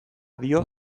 dio